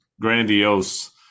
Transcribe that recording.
grandiose